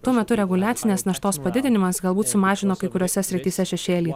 tuo metu reguliacinės naštos padidinimas galbūt sumažino kai kuriose srityse šešėlį